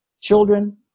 children